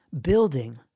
building